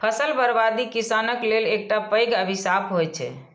फसल बर्बादी किसानक लेल एकटा पैघ अभिशाप होइ छै